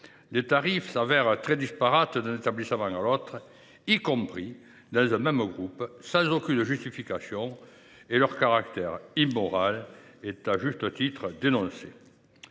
Les tarifs s’avèrent très disparates d’un établissement à l’autre, y compris au sein d’un même groupe, sans justification, et leur caractère immoral est, à juste titre, dénoncé.